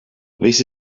this